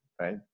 Right